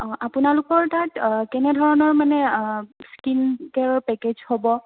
অ' আপোনালোকৰ তাত কেনেধৰণৰ মানে স্কীনকেয়াৰৰ পেকেজ হ'ব